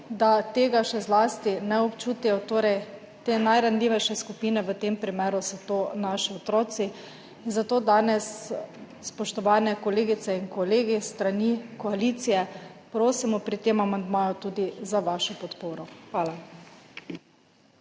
da tega še zlasti ne občutijo te najranljivejše skupine. V tem primeru so to naši otroci. Zato danes, spoštovane kolegice in kolegi s strani koalicije, prosimo pri tem amandmaju tudi za vašo podporo. Hvala.